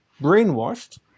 brainwashed